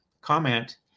comment